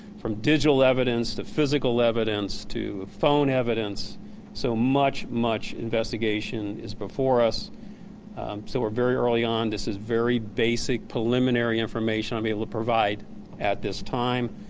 from digital evidence to physical evidence to phone evidence so much, much investigation is before us so we're very early on. this is basic preliminary information i am able to provide at this time.